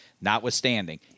notwithstanding